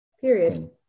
period